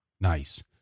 Nice